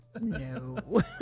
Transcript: No